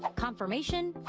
confirmation,